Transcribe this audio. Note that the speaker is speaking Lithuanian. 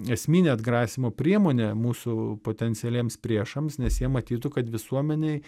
esminė atgrasymo priemonė mūsų potencialiems priešams nes jie matytų kad visuomenei